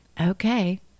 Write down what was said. Okay